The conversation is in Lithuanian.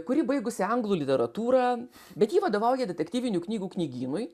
kuri baigusi anglų literatūrą bet ji vadovauja detektyvinių knygų knygynui